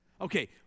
Okay